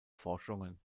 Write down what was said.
forschungen